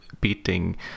beating